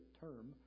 term